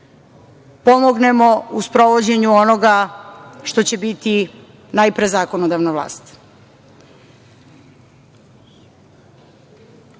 pomognemo u sprovođenju onoga što će biti najpre zakonodavna vlast. Čulo